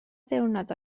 ddiwrnod